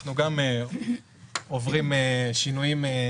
אנחנו גם עוברים שינויים.